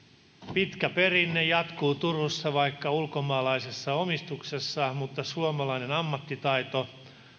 pitkä perinne jatkuu turussa vaikka ulkomaalaisessa omistuksessa suomalainen ammattitaito